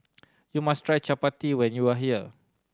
you must try Chapati when you are here